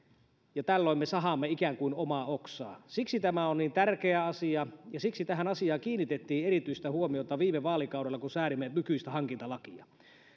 ja tällöin me sahaamme ikään kuin omaa oksaa siksi tämä on niin tärkeä asia ja siksi tähän asiaan kiinnitettiin erityistä huomiota viime vaalikaudella kun säädimme nykyistä hankintalakia